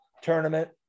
tournament